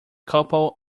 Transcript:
couple